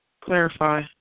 Clarify